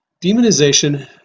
Demonization